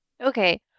Okay